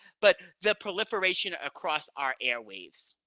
but the proliferation across our airwaves.